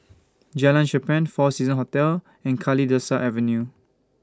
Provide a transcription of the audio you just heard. Jalan Cherpen four Seasons Hotel and Kalidasa Avenue